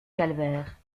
calvaire